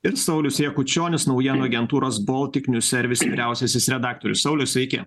ir saulius jakučionis naujienų agentūros boltik nju servis vyriausiasis redaktorius sauliau sveiki